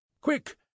quick